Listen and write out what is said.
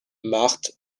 marthe